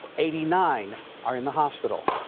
eighty nine are in the hospital.